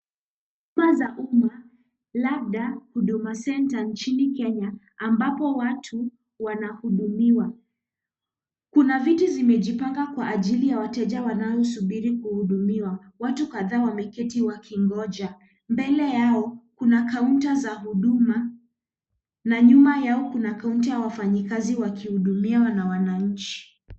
Nyumba za huduma. Labda Huduma Centre Kenya nchini Kenya ambapo watu wanahudumiwa. Kuna viti ambazo zimejipanga kwa ajili ya wateja wanaosubiri kuhudumiwa. Watu kadhaa wameketi wakingoja. Mbele yao, kuna kaunta za huduma na nyuma yao kuna kaunta ya wafanyakazi wakihudumia wananchi.